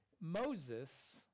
Moses